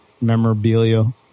memorabilia